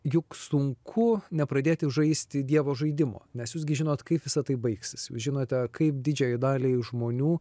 juk sunku nepradėti žaisti dievo žaidimo nes jūs gi žinot kaip visa tai baigsis jūs žinote kaip didžiajai daliai žmonių